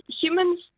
humans